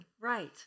Right